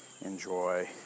enjoy